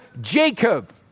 Jacob